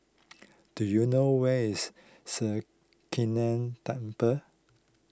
do you know where is Sri Krishnan Temple